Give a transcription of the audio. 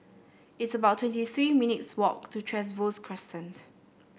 it's about twenty three minutes' walk to Trevose Crescent